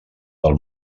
del